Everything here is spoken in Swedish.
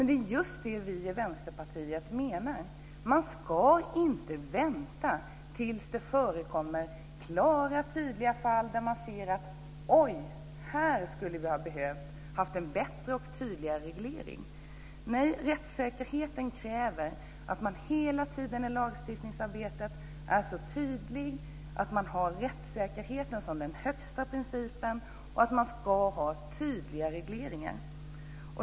Det är just detta som vi i Vänsterpartiet syftar på. Man ska inte vänta tills det framkommer klara och tydliga fall där man säger sig: Oj, här skulle vi ha behövt en bättre och tydligare reglering! Rättssäkerheten kräver att man hela tiden är tydlig i lagstiftningsarbetet, att man har rättssäkerheten som den högsta principen och har tydliga regleringar.